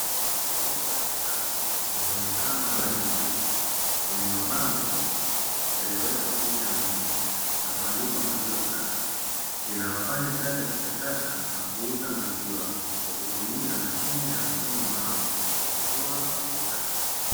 Jokofu la kisasa lenye muonekano wa rangi ya blue zenye mabango yaliyowekwa picha ya ng'ombe na kuandikwa maziwa safi, linalofanya kazi ya kuchakata na kuuza maziwa kwa kutumia mashine ya mfumo maalumu wa kutoa na kuweka pesa.